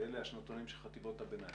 ואלה השנתונים של חטיבות ביניים.